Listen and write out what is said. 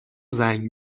زنگ